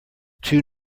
too